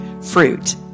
fruit